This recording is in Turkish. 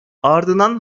ardından